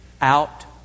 out